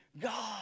God